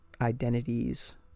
identities